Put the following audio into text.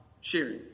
sharing